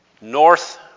north